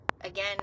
again